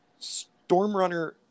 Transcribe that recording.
Stormrunner